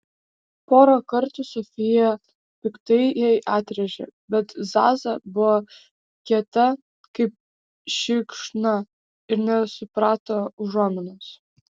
porą kartų sofija piktai jai atrėžė bet zaza buvo kieta kaip šikšna ir nesuprato užuominos